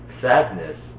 sadness